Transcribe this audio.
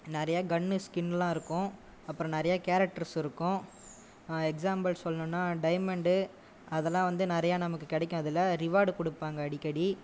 நிறையா கன்ஸ்கின்லாம் இருக்கும் அப்புறம் நிறைய கேரக்டர்ஸ் இருக்கும் எக்ஸாம்பிள் சொல்லனும்னால் டைமண்ட் அதெல்லாம் வந்து நிறையா நமக்கு கிடைக்கும் அதில் ரிவார்டு கொடுப்பாங்க அடிக்கடி